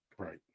Right